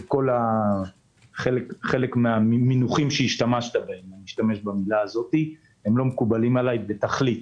חלק מן המינוחים שבהם השתמשת לא מקובלים עליי בתכלית,